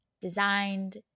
designed